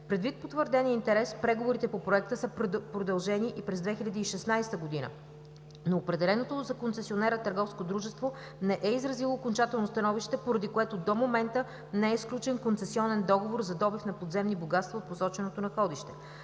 Предвид потвърдения интерес преговорите по проекта са продължени и през 2016 г., но определеното за концесионер търговско дружество не е изразило окончателно становище, поради което до момента не е сключен концесионен договор за добив на подземни богатства от посоченото находище.